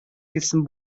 хэлсэн